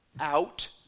out